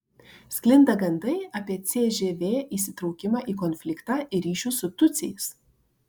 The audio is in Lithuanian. sklinda gandai apie cžv įsitraukimą į konfliktą ir ryšius su tutsiais